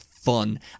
fun